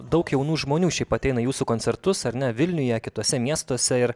daug jaunų žmonių šiaip ateina į jūsų koncertus ar ne vilniuje kituose miestuose ir